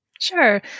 Sure